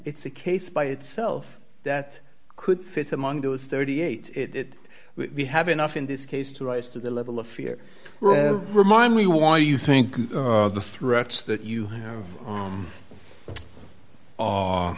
it's a case by itself that could fit among those thirty eight we have enough in this case to rise to the level of fear remind me why you think the threats that you